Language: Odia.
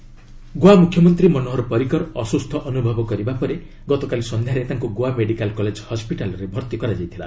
ପରିକର ହସ୍କିଟାଲ୍ ଗୋଆ ମୁଖ୍ୟମନ୍ତ୍ରୀ ମନୋହର ପରିକର୍ ଅସୁସ୍ଥ ଅନୁଭବ କରିବା ପରେ ଗତକାଲି ସନ୍ଧ୍ୟାରେ ତାଙ୍କୁ ଗୋଆ ମେଡିକାଲ୍ କଲେଜ୍ ହସ୍କିଟାଲ୍ରେ ଭର୍ତ୍ତି କରାଯାଇଥିଲା